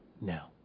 now